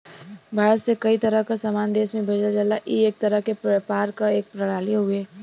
भारत से कई तरह क सामान देश में भेजल जाला ई एक तरह से व्यापार क एक प्रणाली हउवे